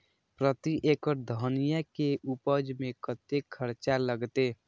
प्रति एकड़ धनिया के उपज में कतेक खर्चा लगते?